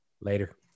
Later